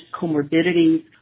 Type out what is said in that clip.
comorbidities